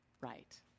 right